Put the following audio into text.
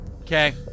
Okay